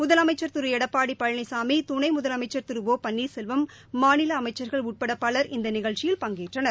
முதலமைச்சர் திரு எடப்பாடி பழனிசாமி துணை முதலமைச்சர் திரு ஒ பன்னீர்செல்வம் மாநில அமைச்சா்கள் உட்பட பலர் இந்த நிகழ்ச்சியில் பங்கேற்றனர்